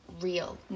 real